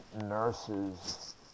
nurses